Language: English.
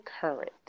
current